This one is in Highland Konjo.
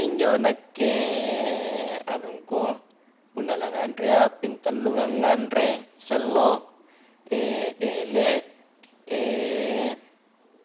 Injo nakke anungku punna la nganrea ping tallunga nganre si allo, ele